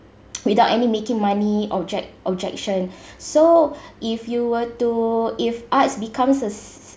without any making money object objection so if you were to if art becomes a